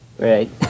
Right